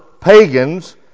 pagans